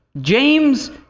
James